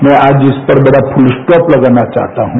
मैं आज इस पर बड़ा फुलस्टॉप लगाना चाहता हूँ